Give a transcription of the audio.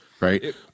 right